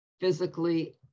physically